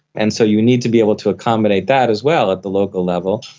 and so you need to be able to accommodate that as well at the local level.